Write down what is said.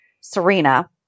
serena